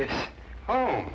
this oh